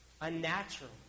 unnatural